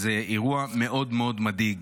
זה אירוע מאוד מאוד מדאיג.